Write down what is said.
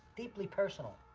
deeply personal.